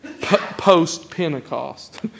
post-Pentecost